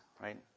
right